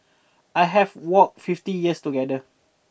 I have walked fifty years together